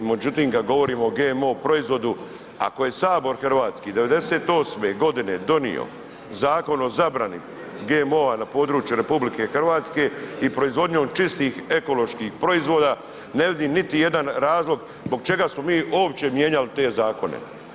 Međutim kad govorimo o GMO proizvodu, ako je sabor hrvatski '98.g. donio Zakon o zabrani GMO na području RH i proizvodnjom čistih ekoloških proizvoda, ne vidim niti jedan razlog zbog čega smo mi uopće mijenjali te zakone.